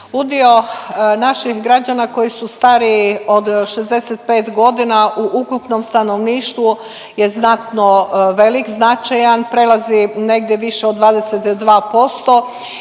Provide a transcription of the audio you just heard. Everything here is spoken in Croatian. Udio naših građana koji su stariji od 65 godina u ukupnom stanovništvu je znatno velik, značajan. Prelazi negdje više od 22%